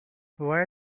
why